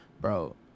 bro